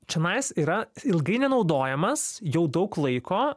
čionais yra ilgai nenaudojamas jau daug laiko